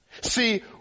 See